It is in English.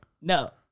No